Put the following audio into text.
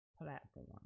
platform